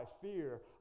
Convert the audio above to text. fear